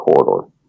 corridor